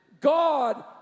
God